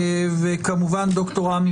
וכמובן דוקטור עמי